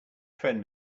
friend